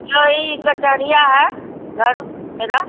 यही कचरिया है घर मेरा